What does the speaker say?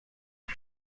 کنه